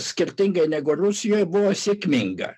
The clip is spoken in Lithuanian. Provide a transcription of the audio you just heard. skirtingai negu rusijoj buvo sėkminga